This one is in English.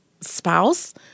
spouse